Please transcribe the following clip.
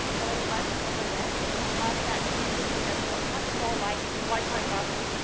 our device is over there. it's a device that you put in the home, much more like a wifi router.